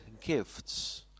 gifts